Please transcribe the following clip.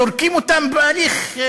זורקים אותם בהליך,